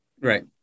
Right